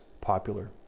popular